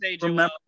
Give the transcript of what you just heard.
remember